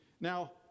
Now